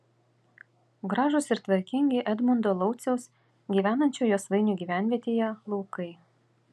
gražūs ir tvarkingi edmundo lauciaus gyvenančio josvainių gyvenvietėje laukai